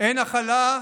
אין הכלה,